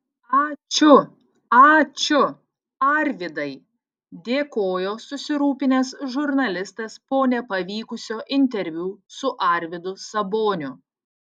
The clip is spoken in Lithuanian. ačiū ačiū arvydai dėkojo susirūpinęs žurnalistas po nepavykusio interviu su arvydu saboniu